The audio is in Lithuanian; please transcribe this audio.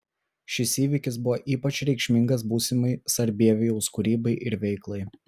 šis įvykis buvo ypač reikšmingas būsimai sarbievijaus kūrybai ir veiklai